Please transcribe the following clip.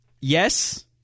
Yes